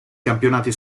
campionati